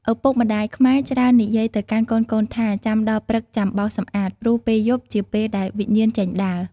ឪពុកម្ដាយខ្មែរច្រើននិយាយទៅកាន់កូនៗថា៖ «ចាំដល់ព្រឹកចំាបោសសម្អាត ព្រោះពេលយប់ជាពេលដែលវិញ្ញាណចេញដើរ ។